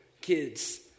kids